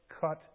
cut